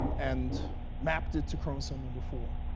um and mapped it to chromosome number four.